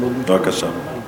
בבקשה.